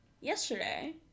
yesterday